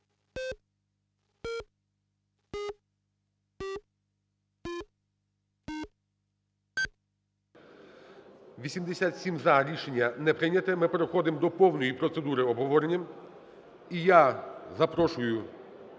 За-87 Рішення не прийнято. Ми переходимо до повної процедури обговорення. І я запрошую